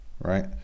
right